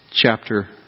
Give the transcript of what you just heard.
chapter